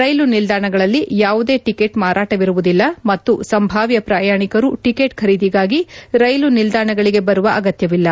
ರೈಲು ನಿಲ್ದಾಣಗಳಲ್ಲಿ ಯಾವುದೇ ಟಕೆಟ್ ಮಾರಾಟವಿರುವುದಿಲ್ಲ ಮತ್ತು ಸಂಭಾವ್ದ ಪ್ರಯಾಣಿಕರು ಟಕೆಟ್ ಖರೀದಿಗಾಗಿ ರೈಲು ನಿಲ್ದಾಣಗಳಿಗೆ ಬರುವ ಅಗತ್ತವಿಲ್ಲ